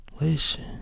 Listen